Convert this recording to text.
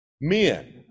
Men